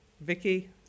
Vicky